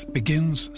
begins